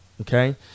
okay